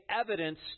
evidence